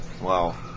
Wow